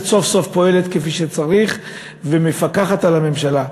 סוף-סוף פועלת כפי שצריך ומפקחת על הממשלה.